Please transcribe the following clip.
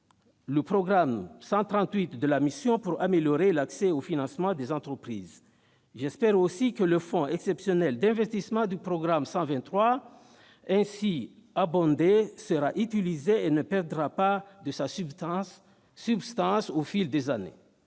le programme 138 de la mission pour améliorer l'accès au financement des entreprises. J'espère aussi que le fonds exceptionnel d'investissement du programme 123 ainsi abondé sera utilisé et ne perdra pas de sa substance au fil des années.